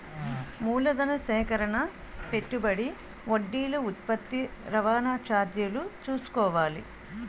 మూలధన సేకరణ పెట్టుబడి వడ్డీలు ఉత్పత్తి రవాణా చార్జీలు చూసుకోవాలి